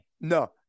No